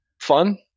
Fun